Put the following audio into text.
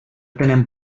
tenen